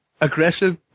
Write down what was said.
aggressive